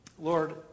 Lord